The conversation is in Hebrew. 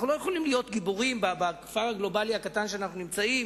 אנחנו לא יכולים להיות גיבורים בכפר הגלובלי הקטן שאנחנו נמצאים